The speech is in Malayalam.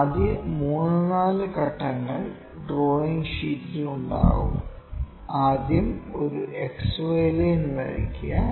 ആദ്യ മൂന്ന് നാല് ഘട്ടങ്ങൾ ഡ്രോയിംഗ് ഷീറ്റിൽ ഉണ്ട് ആദ്യം ഒരു XY ലൈൻ വരയ്ക്കുക